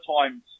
times